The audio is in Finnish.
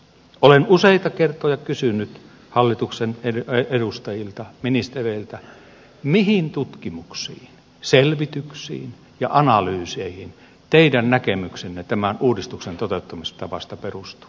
olen useita kertoja kysynyt hallituksen edustajilta ministereiltä mihin tutkimuksiin selvityksiin ja analyyseihin teidän näkemyksenne tämän uudistuksen toteuttamistavasta perustuu